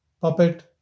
puppet